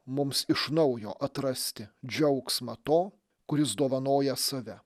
mums iš naujo atrasti džiaugsmą to kuris dovanoja save